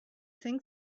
think